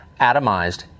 atomized